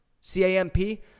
C-A-M-P